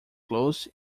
closed